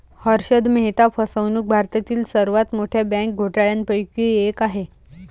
हर्षद मेहता फसवणूक भारतातील सर्वात मोठ्या बँक घोटाळ्यांपैकी एक आहे